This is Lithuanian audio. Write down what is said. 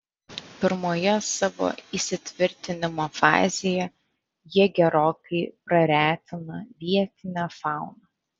pirmoje savo įsitvirtinimo fazėje jie gerokai praretina vietinę fauną